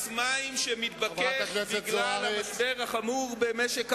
ומס מים שמתבקש בגלל המשבר החמור במשק המים,